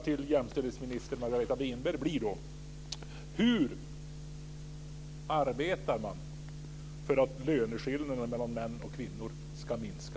Winberg blir: Hur arbetar man för att löneskillnaderna mellan män och kvinnor ska minska?